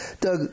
Doug